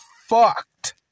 fucked